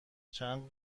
چند